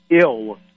ill